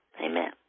Amen